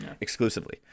Exclusively